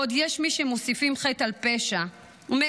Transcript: בעוד יש מי שמוסיפים חטא על פשע ומעיזים